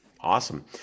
Awesome